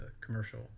commercial